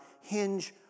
hinge